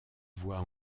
voix